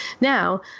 Now